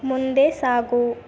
ಮುಂದೆ ಸಾಗು